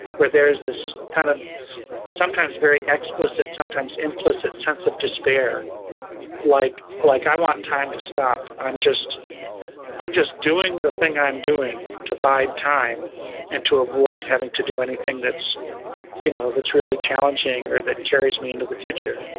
where there is this kind of sometimes very explicit sometimes implicit sense of despair like, like i want time to stop, i'm just i'm just doing the thing i'm doing, to buy time and to avoid having to do anything that's you know that's really challenging or that carries me into the future.